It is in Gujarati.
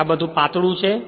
અને આ બધું ખૂબ પાતળું છે